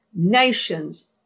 nations